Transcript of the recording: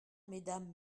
mesdames